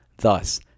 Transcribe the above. Thus